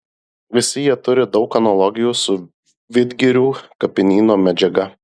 visi jie turi daug analogijų su vidgirių kapinyno medžiaga